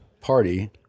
party